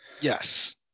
Yes